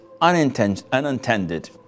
unintended